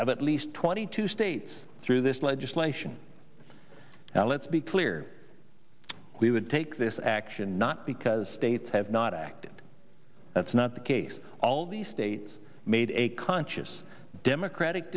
at least twenty two states through this legislation now let's be clear we would take this action not because dates have not acted that's not the case all the states made a conscious democratic